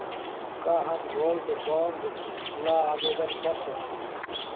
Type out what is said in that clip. का हम gold bond ल आवेदन कर सकली?